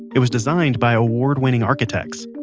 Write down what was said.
it was designed by award-winning architects.